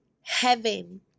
heaven